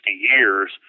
years